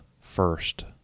first